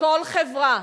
כל חברה,